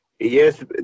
Yes